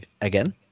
again